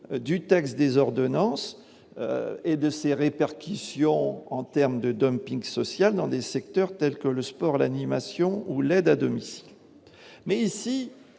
du texte des ordonnances et de ses répercussions en termes de dumping social dans des secteurs tels que le sport, l'animation ou l'aide à domicile. Mais ici,